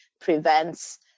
prevents